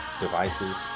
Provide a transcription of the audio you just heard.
devices